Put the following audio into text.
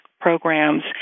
programs